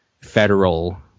federal